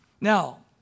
Now